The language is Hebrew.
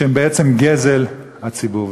שהם בעצם גזל הציבור?